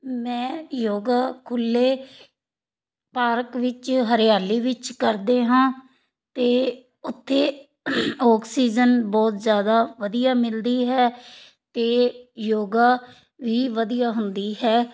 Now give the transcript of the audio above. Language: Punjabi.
ਮੈਂ ਯੋਗਾ ਖੁੱਲੇ ਪਾਰਕ ਵਿੱਚ ਹਰਿਆਲੀ ਵਿੱਚ ਕਰਦੇ ਹਾਂ ਤੇ ਉਥੇ ਆਕਸੀਜਨ ਬਹੁਤ ਜਿਆਦਾ ਵਧੀਆ ਮਿਲਦੀ ਹੈ ਤੇ ਯੋਗਾ ਵੀ ਵਧੀਆ ਹੁੰਦੀ ਹੈ